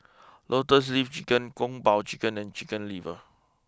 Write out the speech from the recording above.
Lotus leaf Chicken Kung Po Chicken and Chicken liver